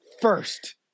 first